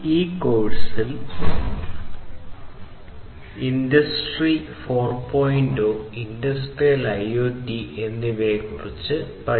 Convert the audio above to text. ഈ കോഴ്സിൽ നിങ്ങൾ ഇൻഡസ്ട്രി 4